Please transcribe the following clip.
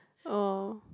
oh